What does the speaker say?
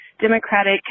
Democratic